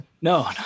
No